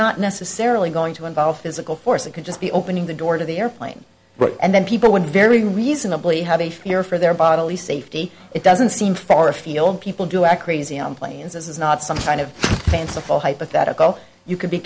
not necessarily going to involve physical force it could just be opening the door of the airplane and then people would very reasonably have a fear for their bodily safety it doesn't seem far afield people do act crazy on planes this is not some kind of fanciful hypothetical you could be